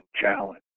challenge